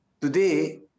Today